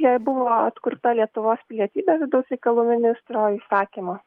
jai buvo atkurta lietuvos pilietybė vidaus reikalų ministro įsakymo